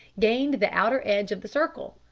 gained the outer edge of the circle,